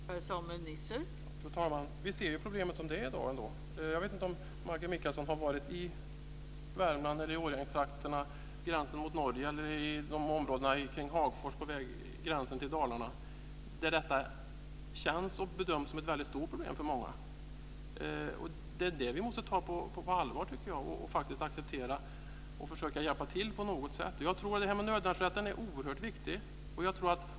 Fru talman! Vi ser ju det problem som finns i dag. Jag vet inte om Maggi Mikaelsson har varit i Värmland, i Årjängstrakterna, vid gränsen mot Norge eller i områdena kring Hagfors på gränsen till Dalarna där detta bedöms som ett väldigt stort problem för många. Det måste vi ta på allvar och acceptera. Vi måste försöka att hjälpa till på något sätt. Det här med nödvärnsrätten är oerhört viktigt.